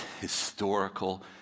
historical